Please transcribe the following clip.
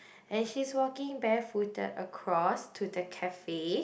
and she is walking barefooted across to the cafe